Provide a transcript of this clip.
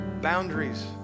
boundaries